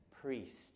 Priest